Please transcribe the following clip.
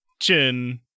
Chin